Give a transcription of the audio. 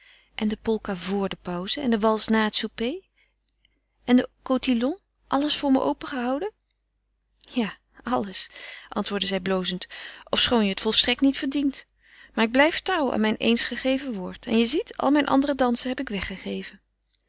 en de polka vor de pauze en de wals na het souper en de cotillon alles voor me opengehouden ja alles antwoordde zij blozend ofschoon je het volstrekt niet verdient maar ik blijf trouw aan mijn eens gegeven woord en je ziet al mijn andere dansen heb ik weggegeven